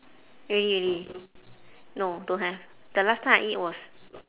really really no don't have the last time I eat was